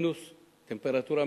הטמפרטורה,